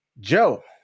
Joe